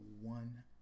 one